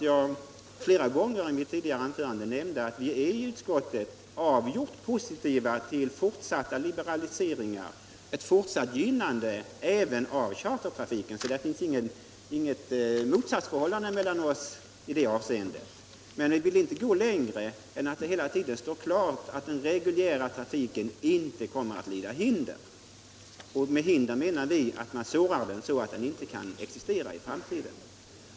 Jag understryker att jag i mitt tidigare anförande flera gånger nämnde att vi i utskottet är avjort positivt inställda till fortsatta liberaliseringar och ett fortsatt gynnande även av chartertrafiken — det finns alltså inget motsatsförhållande mellan oss i det avseendet — men vi vill inte gå längre än att det hela tiden står klart att den reguljära trafiken inte kommer att lida hinder. Med hinder menar vi att den skadas, så att den inte kan existera i framtiden.